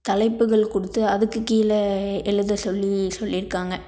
தலைப்புகள் கொடுத்து அதுக்கு கீழே எழுத சொல்லி சொல்லிருக்காங்க